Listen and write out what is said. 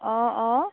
অঁ অঁ